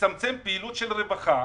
לצמצם פעילות של רווחה.